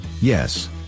Yes